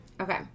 Okay